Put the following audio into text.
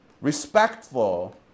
Respectful